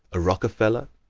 a rockefeller,